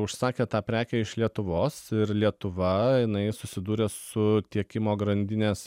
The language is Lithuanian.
užsakė tą prekę iš lietuvos ir lietuva jinai susidūrė su tiekimo grandinės